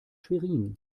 schwerin